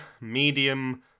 medium